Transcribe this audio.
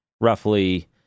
roughly